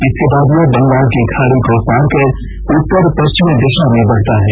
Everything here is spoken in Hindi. इसके बाद यह बंगाल की खाड़ी को पार कर उत्तर पश्चिमी दिशा में बढ़ता है